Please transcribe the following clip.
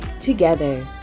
together